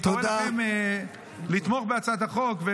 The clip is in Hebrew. אני קורא לכם לתמוך בהצעת החוק.